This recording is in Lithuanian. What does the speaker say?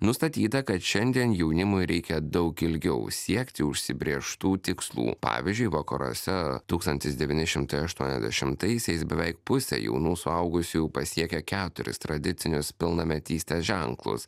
nustatyta kad šiandien jaunimui reikia daug ilgiau siekti užsibrėžtų tikslų pavyzdžiui vakaruose tūkstantis devyni šimtai aštuoniasdešimtaisiais beveik pusė jaunų suaugusių pasiekia keturis tradicinius pilnametystės ženklus